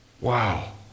wow